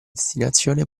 destinazione